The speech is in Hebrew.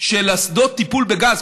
של אסדות טיפול בגז,